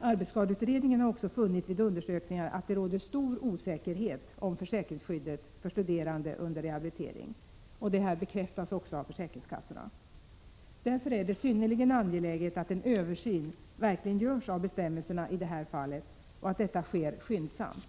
Arbetsskadeutredningen har också funnit vid undersökningar att det råder stor osäkerhet om försäkringsskyddet för studerande under rehabilitering. Detta bekräftas också av försäkringskassorna. Därför är det synnerligen angeläget att en översyn verkligen görs av bestämmelserna i det här fallet och att detta sker skyndsamt.